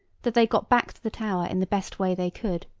that they got back to the tower in the best way they could.